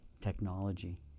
Technology